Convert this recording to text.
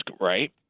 right